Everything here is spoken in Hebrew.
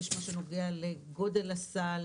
יש מה שנוגע לגודל הסל,